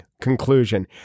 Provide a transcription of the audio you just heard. conclusion